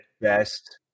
Best